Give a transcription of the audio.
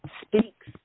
speaks